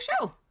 show